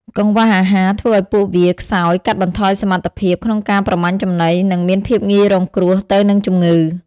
កង្វះអាហារធ្វើឲ្យពួកវាខ្សោយ កាត់បន្ថយសមត្ថភាពក្នុងការប្រមាញ់ចំណី និងមានភាពងាយរងគ្រោះទៅនឹងជំងឺ។